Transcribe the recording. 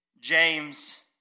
James